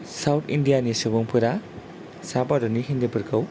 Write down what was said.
south India नि सुबुंफोरा सा भारतनि हिन्दीफोरखौ